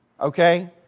okay